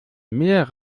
mehr